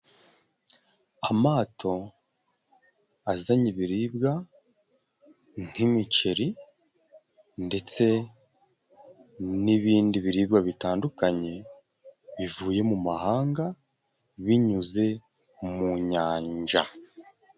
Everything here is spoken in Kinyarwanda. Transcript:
Amato azanye ibiribwa nk'imiceri ndetse n'ibindi biribwa bitandukanye, bivuye mu mahanga binyuze mu nyanja.